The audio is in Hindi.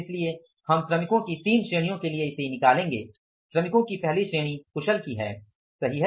इसलिए हम श्रमिकों की 3 श्रेणियों के लिए इसे निकालेंगे श्रमिकों की पहली श्रेणी कुशल की है सही है